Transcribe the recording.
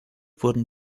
wurden